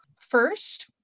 First